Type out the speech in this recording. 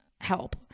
help